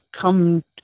come